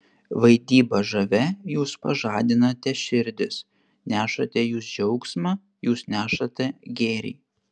vaidyba žavia jūs pažadinate širdis nešate jūs džiaugsmą jūs nešate gėrį